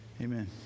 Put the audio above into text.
Amen